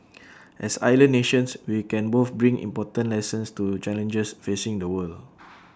as island nations we can both bring important lessons to challenges facing the world